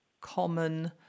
common